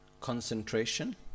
concentration